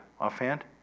offhand